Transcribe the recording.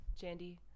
Jandy